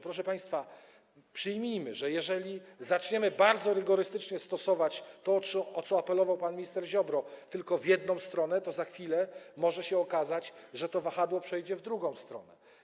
Proszę państwa, jeżeli zaczniemy bardzo rygorystycznie stosować to, o co apelował pan minister Ziobro, tylko w jedną stronę, za chwilę może się okazać, że to wahadło przechyli się w drugą stronę.